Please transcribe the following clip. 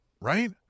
right